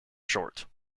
short